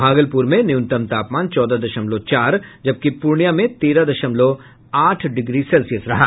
भागलपुर में न्यूनतम तापमान चौदह दशमलव चार जबकि पूर्णिया में तेरह दशमलव आठ डिग्री सेल्सियस रहा